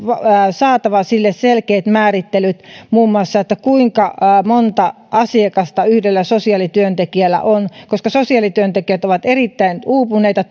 saatava sille selkeät määrittelyt muun muassa siitä kuinka monta asiakasta yhdellä sosiaalityöntekijällä on koska sosiaalityöntekijät ovat erittäin uupuneita